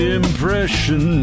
impression